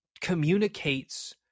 communicates